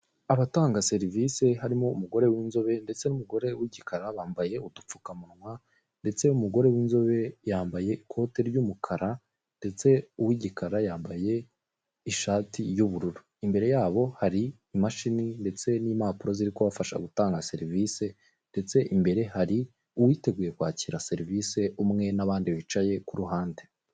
Abatanga serivisi harimo umugore w'inzobe ndetse n'umugore w'igikara bambaye udupfukamunwa ndetse umugore w'inzobe yambaye ikote ry'umukara, ndetse uw'igikara yambaye ishati y'ubururu, imbere yabo hari imashini ndetse n'impapuro ziri kubafasha gutanga serivisi, ndetse imbere hari uwiteguye kwakira serivisi umwe n'abandi bicaye ku ruhande.